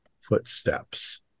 footsteps